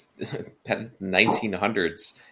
1900s